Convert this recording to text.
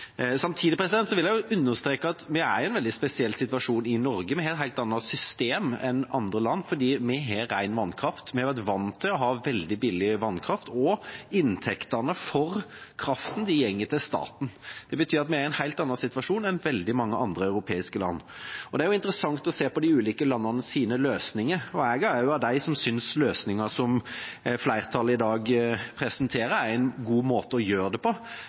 Samtidig vil jeg understreke at vi er i en veldig spesiell situasjon i Norge. Vi har et helt annet system enn andre land, fordi vi har ren vannkraft, vi vært vant til å ha veldig billig vannkraft, og inntektene for kraften går til staten. Det betyr at vi er i en helt annen situasjon enn veldig mange andre europeiske land. Det er jo interessant å se på de ulike landenes løsninger, og jeg er av dem som synes løsningen som flertallet i dag presenterer, er en god måte å gjøre det på.